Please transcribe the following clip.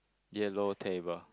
yellow table